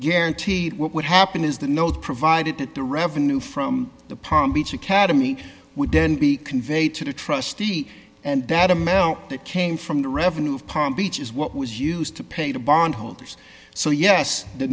guaranteed what would happen is the note provided that the revenue from the palm beach academy would then be conveyed to the trustee and that america that came from the revenue of palm beach is what was used to pay the bondholders so yes the